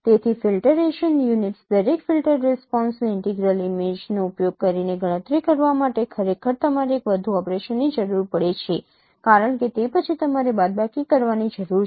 તેથી filtration units દરેક filter રિસ્પોન્સને ઇન્ટેગ્રલ ઇમેજનો ઉપયોગ કરીને ગણતરી કરવા માટે ખરેખર તમારે એક વધુ ઓપરેશનની જરૂર પડે છે કારણ કે તે પછી તમારે બાદબાકી કરવાની જરૂર છે